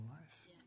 life